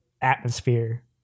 atmosphere